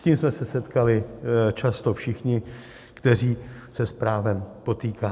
S tím jsme se setkali často všichni, kteří se s právem potýkáme.